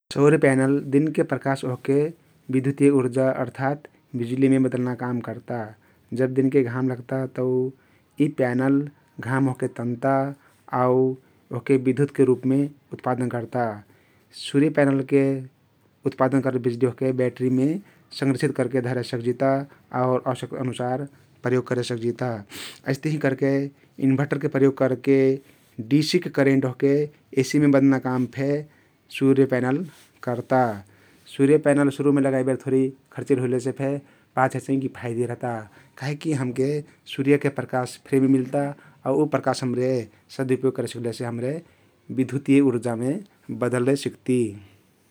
सौर्य प्यानल दिनके प्रकाश ओहके बिधुतिय उर्जा अर्थात बिजुलीमे बदल्ना काम कर्ता । जब दिनके घाम लग्ता तउ यी प्यानल घाम ओहके तन्ता आउ ओहके बिधुतके रुपमे उत्पादन कर्ता । सुर्य प्यानलके उत्पादन करल बिजुली ओहके व्यट्रीमे संरक्षित करके धरे सक्जिता आउर अवश्क्ता अनुसार प्रयोग करे सक्जिता । अइस्तहिं करके इन्भोटरके प्रयोग करके डिसिक करेन्ट ओहके एसिमे बदल्ना काम फे सौर्य प्यानल कर्ता । सौर्य प्यानल शुरुमे लगाइबेर थोरी खर्चिलो हुइलेसे फे पाछे चाहिं किफयती रहता काहिकी हमके सुर्यके प्रकाश फ्रि मे मिल्ता । आउ उ प्रकाश हम्रे सदउपयोग करे सिक्लेसे हम्रे बिधुतिय उर्जा मे बद्ले सक्ती ।